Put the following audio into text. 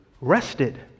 Rested